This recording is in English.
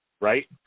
right